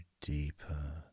deeper